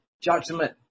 judgment